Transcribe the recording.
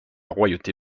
royauté